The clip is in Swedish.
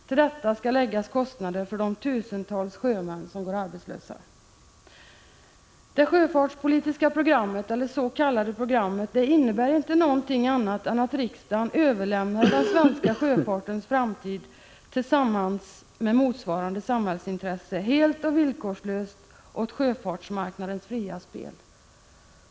Till detta skall också läggas kostnader för de tusentals sjömän som går arbetslösa. Det s.k. sjöfartspolitiska programmet innebär inte någonting annat än att riksdagen helt och villkorslöst till sjöfartsmarknadens framtida spel överlämnar den svenska sjöfartens framtid och därmed sammanhängande samhälleliga intresse.